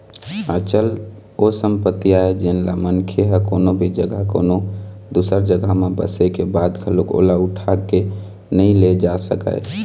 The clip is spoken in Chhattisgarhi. अचल ओ संपत्ति आय जेनला मनखे ह कोनो भी जघा कोनो दूसर जघा म बसे के बाद घलोक ओला उठा के नइ ले जा सकय